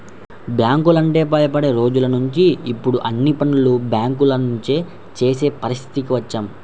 బ్యాంకులంటే భయపడే రోజులనుంచి ఇప్పుడు అన్ని పనులు బ్యేంకుల నుంచే చేసే పరిస్థితికి వచ్చాం